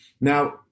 Now